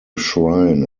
shrine